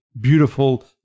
beautiful